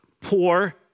poor